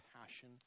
passion